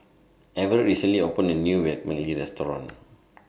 Everet recently opened A New Vermicelli Restaurant